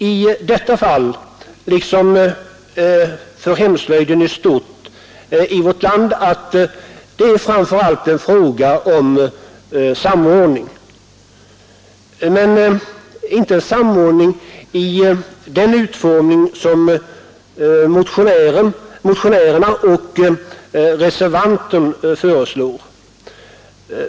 I detta fall liksom för hemslöjden i stort i vårt land tror jag att det framför allt är en fråga om samordning men inte i den utformning som motionärerna och reservanten föreslår.